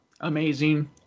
amazing